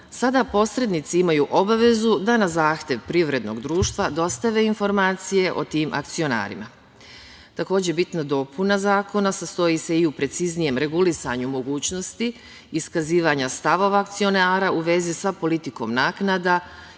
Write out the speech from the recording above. sada posrednici imaju obavezu da na zahtev privrednog društva dostave informacije o tim akcionarima. Takođe, bitna dopuna zakona sastoji se i u preciznijem regulisanju mogućnosti iskazivanja stavova akcionara u vezi sa politikom naknada